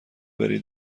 بری